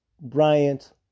Bryant